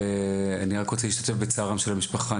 אני רק רוצה להשתתף בצערם של המשפחה.